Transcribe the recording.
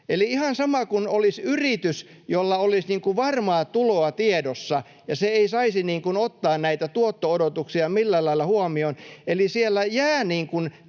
ihan sama kuin olisi yritys, jolla olisi varmaa tuloa tiedossa, ja se ei saisi ottaa näitä tuotto-odotuksia millään